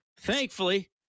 Thankfully